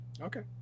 Okay